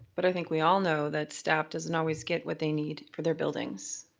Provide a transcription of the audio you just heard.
but i think we all know that staff doesn't always get what they need for their buildings.